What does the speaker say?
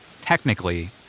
technically